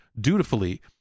dutifully